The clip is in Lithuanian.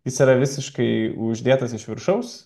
jis yra visiškai uždėtas iš viršaus